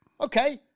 Okay